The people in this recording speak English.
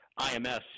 IMS